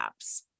apps